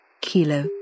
Kilo